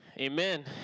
Amen